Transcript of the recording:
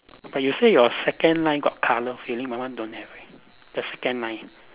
but you say your second line got colour filling my one don't have right the second line